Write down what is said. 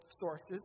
sources